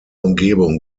umgebung